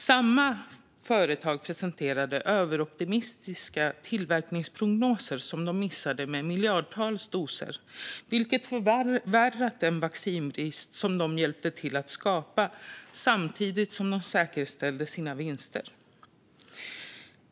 Samma företag presenterade överoptimistiska tillverkningsprognoser som de missade med miljardtals doser, vilket förvärrade en vaccinbrist som de hjälpte till att skapa samtidigt som de säkerställde sina vinster.